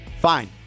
fine